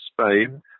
Spain